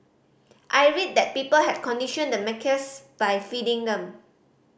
I read that people had conditioned the macaques by feeding them